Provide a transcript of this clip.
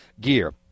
gear